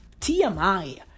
TMI